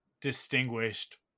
distinguished